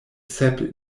sep